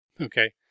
okay